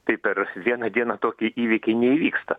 tai per vieną dieną tokie įvykiai neįvyksta